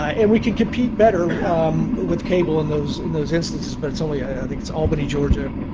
and we can compete better with cable in those in those instances. but it's only i think it's albany, georgia,